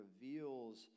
reveals